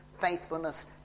faithfulness